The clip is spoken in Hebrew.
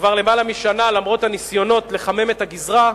כבר יותר משנה, למרות הניסיונות לחמם את הגזרה,